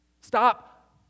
Stop